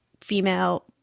female